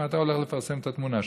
מה אתה הולך לפרסם את התמונה שלו?